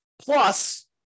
Plus